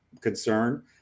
concern